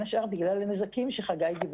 וגם ניתוח של מרכז המידע והידע של משרד הבריאות,